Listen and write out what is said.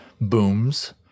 booms